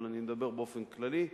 אבל אני מדבר באופן כללי.